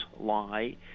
lie